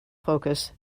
focus